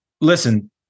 Listen